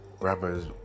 rappers